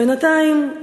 בינתיים,